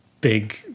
Big